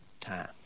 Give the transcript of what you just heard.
time